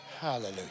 Hallelujah